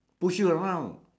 push you around